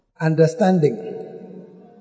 understanding